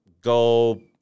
go